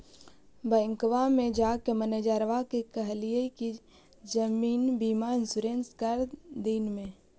बैंकवा मे जाके मैनेजरवा के कहलिऐ कि जिवनबिमा इंश्योरेंस कर दिन ने?